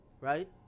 Right